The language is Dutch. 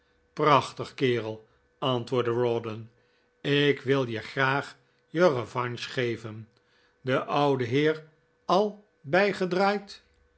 prachtig kerel antwoordde rawdon ik wil je graag je revanche geven de ouwe heer al bijgedraaid